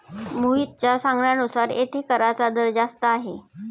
मोहितच्या सांगण्यानुसार येथे कराचा दर जास्त आहे